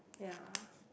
ya